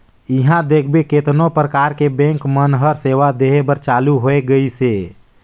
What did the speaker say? इहां देखथे केतनो परकार के बेंक मन हर सेवा देहे बर चालु होय गइसे